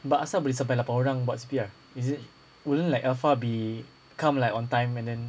but asal boleh sampai lapan orang buat C_P_R is it wasn't like alpha be come like on time and then